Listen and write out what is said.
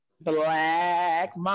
Black